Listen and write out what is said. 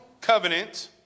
covenant